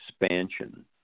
expansion